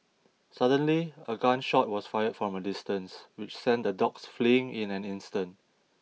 suddenly a gun shot was fired from a distance which sent the dogs fleeing in an instant